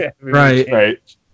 right